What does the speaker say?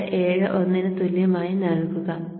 8871 ന് തുല്യമായി നൽകുക